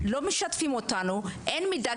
לא משתפים אותנו ואין מידע.